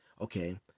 okay